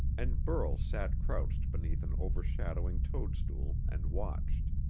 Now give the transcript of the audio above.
and burl sat crouched beneath an overshadowing toadstool and watched.